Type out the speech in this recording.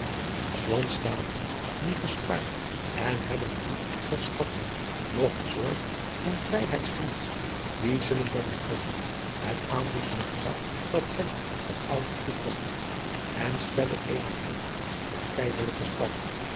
lands staten die gespaart en hebben bloedt nocht schatten nocht zorgh in vryheidts dienst die zullen dan hervatten het aanzien en gezagh dat hen van ouds toequam en stellen eenen heldt van kaizerlyke stam